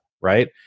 right